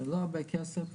זה לא הרבה כסף.